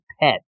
pet